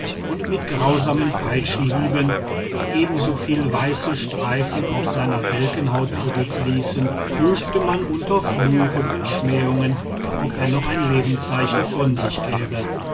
und mit grausamen peitschenhieben die ebensoviele weiße streifen auf seiner welken haut zurückließen prüfte man unter fluchen und schmähungen ob er noch ein lebenszeichen von sich gebe